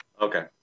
Okay